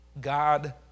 God